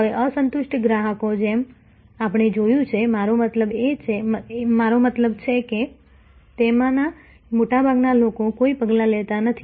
હવે અસંતુષ્ટ ગ્રાહકો જેમ આપણે જોયું છે મારો મતલબ છે કે તેમાંના મોટા ભાગના લોકો કોઈ પગલાં લેતા નથી